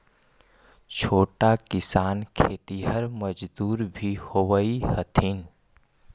छोटा किसान खेतिहर मजदूर भी होवऽ हथिन